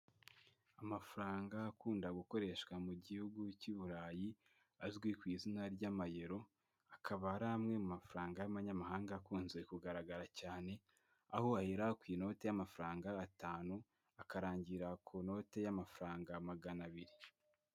Amafaranga akunda gukoreshwa mu gihugu cy'i burayi, azwi ku izina ry'amayero, akaba ari amwe mu mafaranga y'abanyamahanga akunze kugaragara cyane, aho ahera ku inoti y'amafaranga atanu akarangirira ku note y'amafaranga magana abiri.